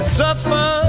suffer